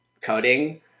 coding